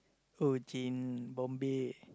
oh gin Bombay